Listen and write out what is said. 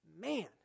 man